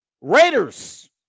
Raiders